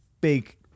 big